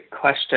question